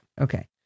Okay